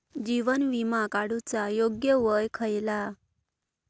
जीवन विमा काडूचा योग्य वय खयला?